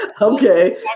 Okay